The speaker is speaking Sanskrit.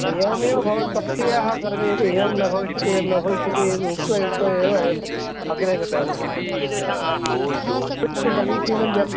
एवमेव भवेत् पक्षीयाः सर्वेपि एवं न भविष्यति एवं न भविष्यति इति उक्त्वा उक्त्वा एव वयम् अग्रे गतवन्तः भवन्तः अस्तु समीचीनं जलम्